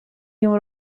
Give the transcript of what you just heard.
nią